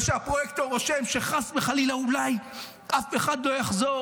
וכשהפרויקט רושם שחס וחלילה אולי אף אחד לא יחזור,